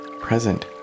present